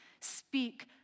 speak